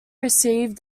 received